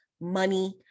money